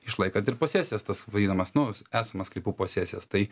išlaikant ir posesijas tas vadinamas nu esamas sklypų posesijas tai